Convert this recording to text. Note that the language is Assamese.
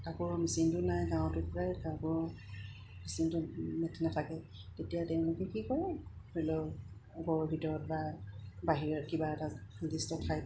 কাপোৰৰ মেচিনটো নাই গাঁৱতো প্ৰায় কাপোৰৰ মেচিনটো মেচিন নেথাকেই তেতিয়া তেওঁলোকে কি কৰে ধৰি লওঁ ঘৰৰ ভিতৰত বা বাহিৰত কিবা এটা নিৰ্দিষ্ট ঠাইত